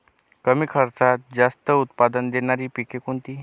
कमी खर्चात जास्त उत्पाद देणारी पिके कोणती?